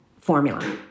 formula